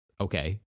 okay